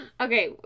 okay